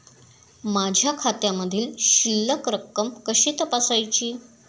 माझ्या खात्यामधील शिल्लक रक्कम कशी तपासायची?